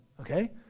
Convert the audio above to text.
Okay